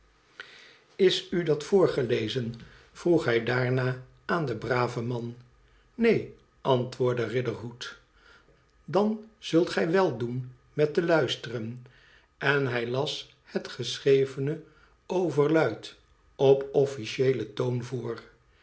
is u dat voorgelezen vroeg hij daarna aan den braven man neen antwoordde riderhood dan zult gij wèl doen met te luisteren en hij las het geschrevene overluid op officieelen toon voor